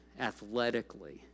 athletically